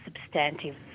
substantive